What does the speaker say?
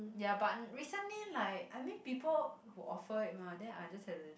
ya but recently like I mean people who offer it mah then I just have to